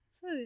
Food